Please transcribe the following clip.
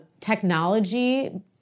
technology